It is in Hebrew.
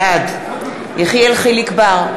בעד אלי בן-דהן, נגד יחיאל חיליק בר,